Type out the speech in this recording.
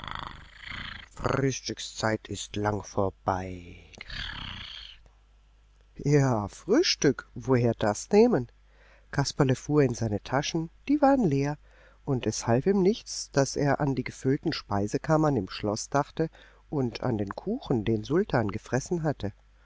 frühstückszeit ist lang vorbei ja frühstück woher das nehmen kasperle fuhr in seine taschen die waren leer und es half ihm nichts daß er an die gefüllten speisekammern im schloß dachte und an den kuchen den sultan gefressen hatte